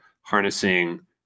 harnessing